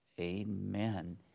amen